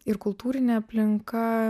ir kultūrinė aplinka